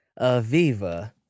Aviva